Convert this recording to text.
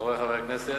תודה, חברי חברי הכנסת,